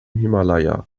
himalaya